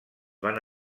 van